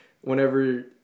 whenever